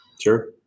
sure